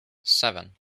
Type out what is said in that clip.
seven